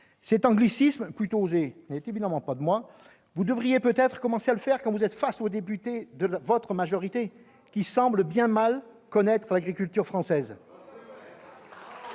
cet anglicisme n'est évidemment pas de moi -, vous devriez peut-être commencer à le faire quand vous êtes face aux députés de votre majorité, qui semblent bien mal connaître l'agriculture française